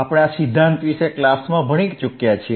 આપણે આ સિદ્ધાંત વિશે ક્લાસમાં ભણી ચુક્યા છીએ